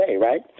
right